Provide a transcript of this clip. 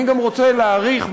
אני גם רוצה להעריך,